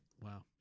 Wow